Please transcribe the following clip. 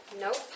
Nope